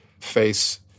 face